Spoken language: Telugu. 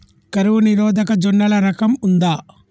కరువు నిరోధక జొన్నల రకం ఉందా?